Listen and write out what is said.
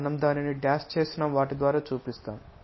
మనం దానిని డాష్ చేసిన వాటి ద్వారా చూపిస్తాము